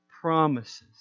promises